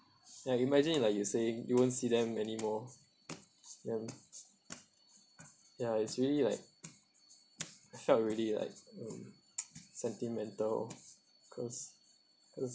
ya you imagine like you're saying you won't see them anymore then ya it's really like I felt really like um sentimental cause cause